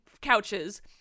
Couches